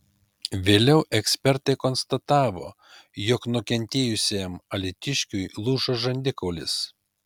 vėliau ekspertai konstatavo jog nukentėjusiam alytiškiui lūžo žandikaulis